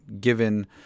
given